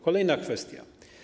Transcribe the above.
Kolejna kwestia.